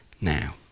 now